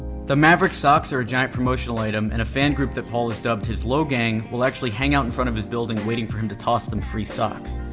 the maverick socks are a giant promotional item and a fan group that paul has dubbed his logang will actually hang out in front of his building waiting for him to toss them free socks.